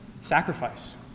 sacrifice